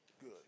good